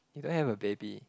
you don't have a baby